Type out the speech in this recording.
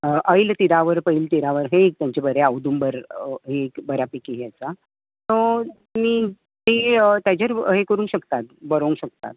oil तिरावर पयल तिरावर हे एक तांचे बरे अवदुंबर हे एक बऱ्या पैकी आसा तुमी ताजेर हे करुं शकता बरोवं शकता